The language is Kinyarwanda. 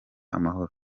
amahoro